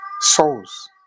Souls